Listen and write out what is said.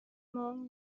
monk